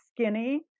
skinny